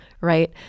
right